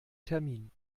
termin